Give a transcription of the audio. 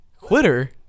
Quitter